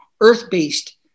earth-based